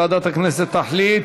ועדת הכנסת תחליט